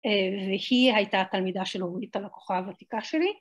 והיא הייתה התלמידה של אורית הלקוחה הותיקה שלי.